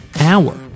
hour